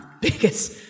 biggest